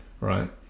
right